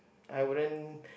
I wouldn't